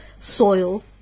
soil